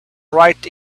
right